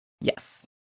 Yes